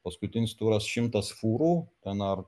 paskutinis turas šimtas fūrų ten ar